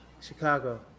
Chicago